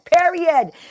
period